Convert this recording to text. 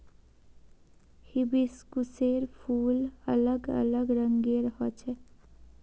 हिबिस्कुसेर फूल अलग अलग रंगेर ह छेक